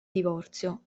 divorzio